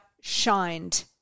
shined